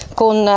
con